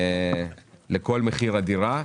בהצמדה לכל מחיר הדירה.